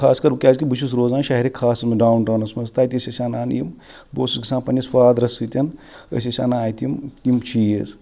خاص کر کیازکہِ بہٕ چھُس روزان شیہرِ خاصَس منٛز ڈاوُنٹاوُنَس منٛز تَتہِ ٲسۍ أسۍ اَنان یِم بہٕ اوسُس گَژھان پَننِس فادرَس سۭتۍ أسۍ ٲسۍ اَنان اَتہِ یِم یِم چیٖز